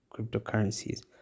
cryptocurrencies